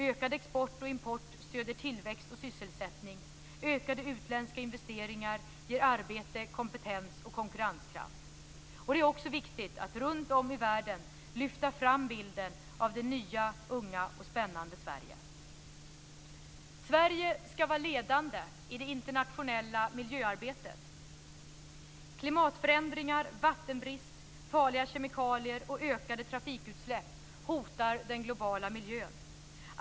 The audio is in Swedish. Ökad export och import stöder tillväxt och sysselsättning, och ökade utländska investeringar ger arbete, kompetens och konkurrenskraft. Det är också viktigt att runtom i världen lyfta fram bilden av det nya, unga och spännande Sverige. Sverige ska vara ledande i det internationella miljöarbetet. Klimatförändringar, vattenbrist, farliga kemikalier och ökade trafikutsläpp hotar den globala miljön.